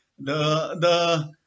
the the